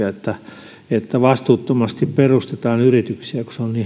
että vastuuttomasti perustetaan yrityksiä